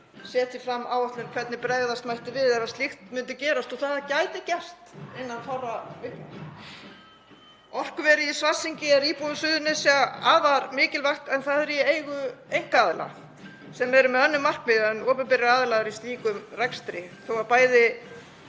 setji fram áætlun um hvernig bregðast mætti við ef slíkt myndi gerast, og það gæti gerst innan fárra vikna. Orkuverið í Svartsengi er íbúum Suðurnesja afar mikilvægt en það er í eigu einkaaðila sem eru með önnur markmið en opinberir aðilar í slíkum rekstri. Þetta á bæði